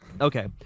Okay